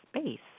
space